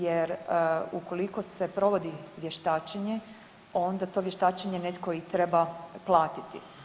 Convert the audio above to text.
Jer ukoliko se provodi vještačenje, onda to vještačenje netko i treba platiti.